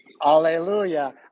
Hallelujah